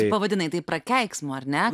pavadinai tai prakeiksmu ar ne